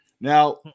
Now